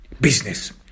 Business